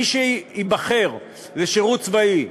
מי שייבחר לשירות צבאי,